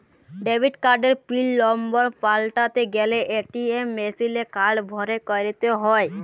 debit কার্ডের pin number পাল্টাতে গ্যালে এ.টি.এম মেশিলে কার্ড ভরে ক্যরতে হ্য়য়